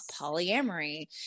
polyamory